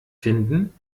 finden